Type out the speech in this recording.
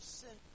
sin